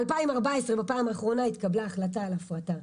ב-2014 בפעם האחרונה התקבלה החלטה על הפרטה,